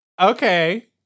Okay